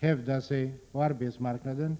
hävda sig på arbetsmarknaden.